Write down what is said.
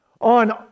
on